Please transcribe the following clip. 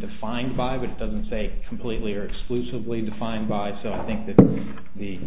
defined by wood doesn't say completely or exclusively defined by so i think that the